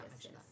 yes